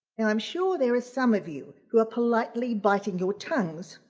and i'm sure there are some of you who are politely biting your tongues